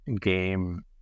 game